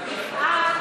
משרד התחבורה,